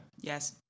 Yes